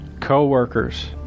co-workers